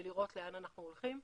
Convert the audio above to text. ולראות לאן אנחנו הולכים.